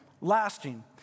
lasting